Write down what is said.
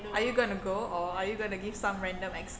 are you going to go or are you going to give some random excuse